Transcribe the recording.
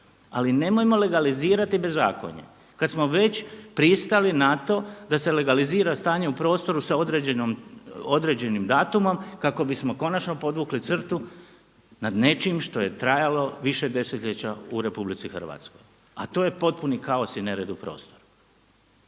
Ali nemojmo legalizirati bezakonje kad smo već pristali na to da se legalizira stanje u prostoru s određenim datumom kako bismo konačno podvukli crtu nad nečim što je trajalo više desetljeća u Republici Hrvatskoj. A to je potpuni kaos i nered u prostoru.